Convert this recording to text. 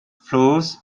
flows